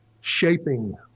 shaping